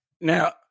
now